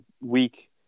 week